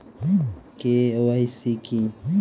KYC কি?